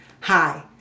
Hi